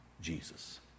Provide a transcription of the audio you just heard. Jesus